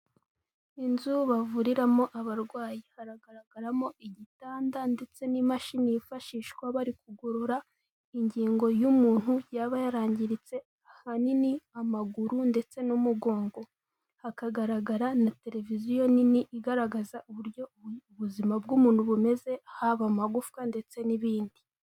Inzu bavuriramo abarwayi, haragaragaramo igitanda, ndetse n'imashini yifashishwa bari kugorora ingingo y'umuntu yaba yarangiritse, ahanini amaguru ndetse n'umugongo. Hakagaragara na tereviziyo nini igaragaza uburyo ubuzima bw'umuntu bumeze haba amagufwa ndetse n'ibindi.